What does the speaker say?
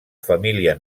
família